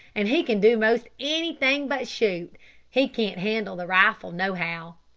and he can do most anything but shoot he can't handle the rifle nohow. ha!